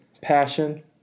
Passion